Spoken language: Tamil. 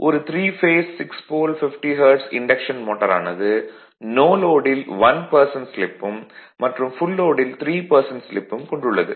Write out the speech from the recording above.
ஒரு 3 phase 6 pole 50 hertz induction motor ஆனது நோ லோடில் 1 ஸ்லிப்பும் மற்றும் ஃபுல் லோடில் 3 ஸ்லிப்பும் கொண்டுள்ளது